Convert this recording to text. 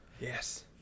Yes